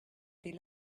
des